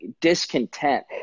discontent